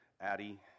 Addie